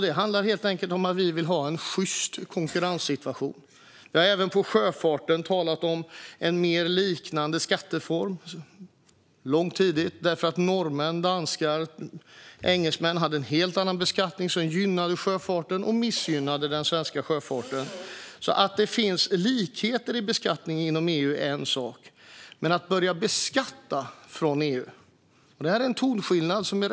Det handlar helt enkelt om att vi vill ha en sjyst konkurrenssituation. Även när det gäller sjöfarten har vi talat om en liknande skatteform, långt tidigare, eftersom norrmän, danskar och engelsmän hade en helt annan beskattning som gynnade deras sjöfart och missgynnade den svenska sjöfarten. Att det finns likheter i beskattning inom EU är alltså en sak, men att börja beskatta från EU:s sida innebär att skapa en ny skattenivå.